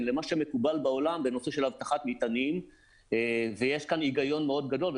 למה שמקובל בעולם בנושא של אבטחת מטענים ויש כאן היגיון מאוד גדול,